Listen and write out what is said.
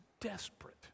desperate